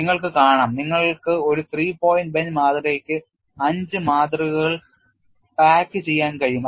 നിങ്ങൾക്ക് കാണാം നിങ്ങൾക്ക് ഒരു three പോയിന്റ് bend മാതൃകയ്ക്ക് അഞ്ച് മാതൃകകൾ പായ്ക്ക് ചെയ്യാൻ കഴിയും